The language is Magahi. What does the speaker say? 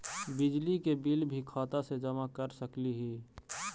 बिजली के बिल भी खाता से जमा कर सकली ही?